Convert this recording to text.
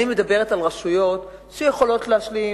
אני מדברת על רשויות שיכולות להשלים,